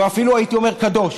והוא אפילו, הייתי אומר, קדוש,